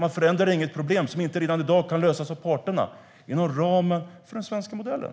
Man förändrar inget problem som inte redan i dag kan lösas av parterna inom ramen för den svenska modellen.